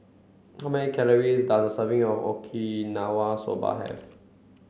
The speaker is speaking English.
how many calories does a serving of Okinawa Soba have